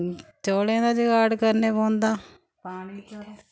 चौलें दा जगाड़ करने पौंदा पानी